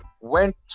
went